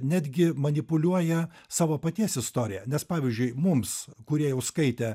netgi manipuliuoja savo paties istorija nes pavyzdžiui mums kurie jau skaitė